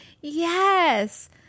yes